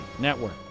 Network